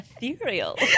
Ethereal